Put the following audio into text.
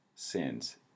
sins